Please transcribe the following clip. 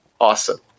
awesome